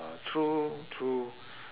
uh true true